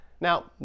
Now